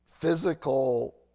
physical